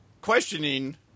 questioning